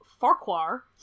Farquhar